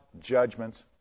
judgments